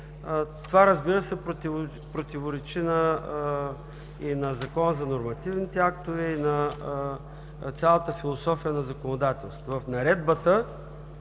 това, разбира се, противоречи и на Закона за нормативните актове, и на цялата философия на законодателството.